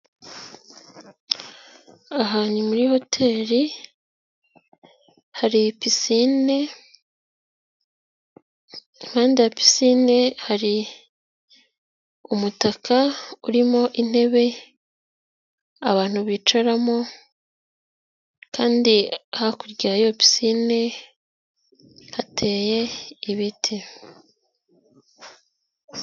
Ahantu muri hoteri, hari pisine, impande ya pisinine hari umutaka urimo intebe abantu bicaramo kandi hakurya y'iyo pisine hateye ibiti.